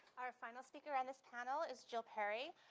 our final speaker on this panel is jill perry.